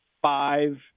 five